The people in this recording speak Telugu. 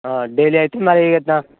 డైలీ అయితే మరి ఇక అలా